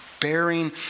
bearing